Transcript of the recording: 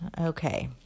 Okay